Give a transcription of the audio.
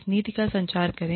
इस नीति का संचार करें